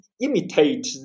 imitate